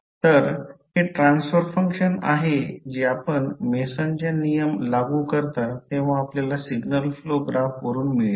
तर हे transfer function आहे जे आपण मेसनचा नियम लागू करता तेव्हा आपल्याला सिग्नल फ्लो ग्राफवरुन मिळेल